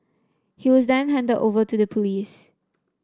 he was then handed over to the police